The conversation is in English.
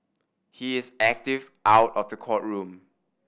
he is active out of the courtroom